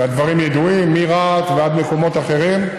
והדברים ידועים, מרהט ועד מקומות אחרים: